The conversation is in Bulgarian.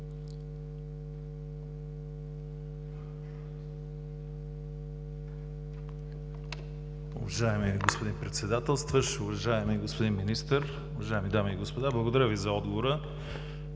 Уважаеми господин Председателстващ, уважаеми господин Министър, уважаеми дами и господа! Благодаря Ви за отговора.